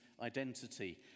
identity